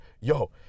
Yo